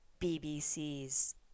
BBC's